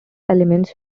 element